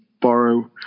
borrow